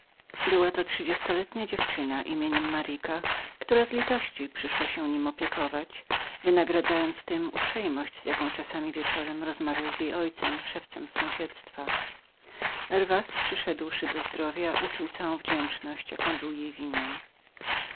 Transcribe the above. była to trzydziestoletnia dziewczyna nazwiskiem maryka która z litości przyszła się nim opiekować wynagradzając mu uprzejmość z jaką czasami wieczorem rozmawiał z jej ojcem szewcem z sąsiedztwa herwas przyszedłszy do zdrowia uczuł całą wdzięczność jaką był jej winien